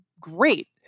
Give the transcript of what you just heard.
great